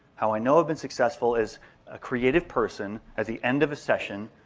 how i know i've been successful is a creative person at the end of a session,